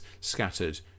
scattered